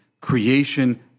creation